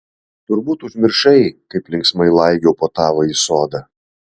turbūt užmiršai kaip linksmai laigiau po tavąjį sodą